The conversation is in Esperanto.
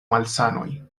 malsanoj